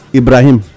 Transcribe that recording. ibrahim